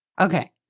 Okay